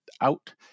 out